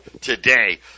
today